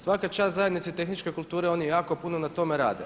Svaka čast Zajednici tehničke kulture, oni jako puno na tome rade.